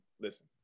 listen